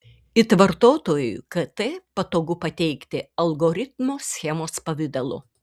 it vartotojui kt patogu pateikti algoritmo schemos pavidalu